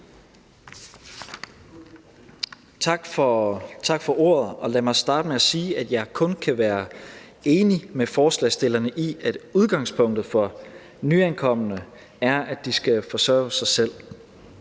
Tak for ordet. Lad mig starte med at sige, at jeg kun kan være enig med forslagsstillerne i, at udgangspunktet for nyankomne er, at de skal forsørge sig selv.